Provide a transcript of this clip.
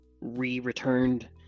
re-returned